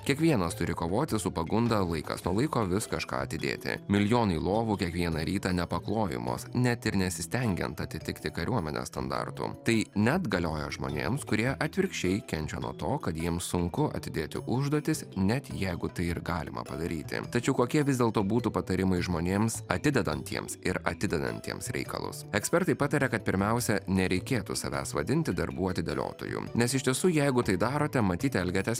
kiekvienas turi kovoti su pagunda laikas nuo laiko vis kažką atidėti milijonai lovų kiekvieną rytą nepaklojamos net ir nesistengiant atitikti kariuomenės standartų tai net galioja žmonėms kurie atvirkščiai kenčia nuo to kad jiems sunku atidėti užduotis net jeigu tai ir galima padaryti tačiau kokie vis dėlto būtų patarimai žmonėms atidedantiems ir atidedantiems reikalus ekspertai pataria kad pirmiausia nereikėtų savęs vadinti darbų atidėlioto jums nes iš tiesų jeigu tai darote matyt elgiatės